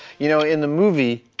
you know, in the movie,